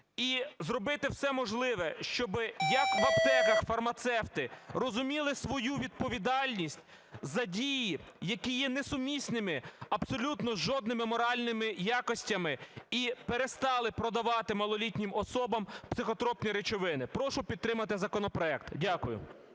і зробити все можливе, щоб як в аптеках фармацевти розуміли свою відповідальність за дії, які є несумісними з абсолютно жодними моральними якостями і перестали продавати малолітнім особам психотропні речовини. Прошу підтримати законопроект. Дякую.